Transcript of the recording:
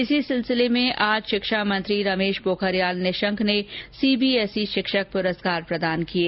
इसी सिलसिले में आज शिक्षामंत्री रमेश पोखरियाल निशंक ने सीबीएसई शिक्षक पुरस्कार प्रदान किये